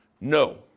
No